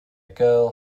girl